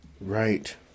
Right